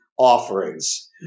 offerings